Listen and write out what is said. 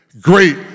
great